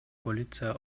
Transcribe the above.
полиция